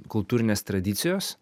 kultūrinės tradicijos